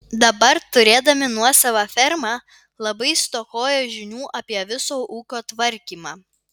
dabar turėdami nuosavą fermą labai stokoja žinių apie viso ūkio tvarkymą